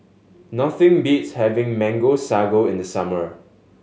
nothing beats having Mango Sago in the summer